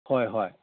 ꯍꯣꯏ ꯍꯣꯏ